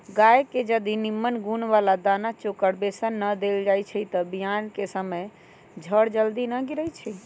गाय के जदी निम्मन गुण बला दना चोकर बेसन न देल जाइ छइ तऽ बियान कें समय जर जल्दी न गिरइ छइ